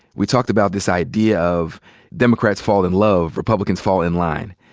we talked about this idea of democrats fall in love, republicans fall in line.